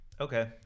Okay